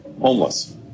homeless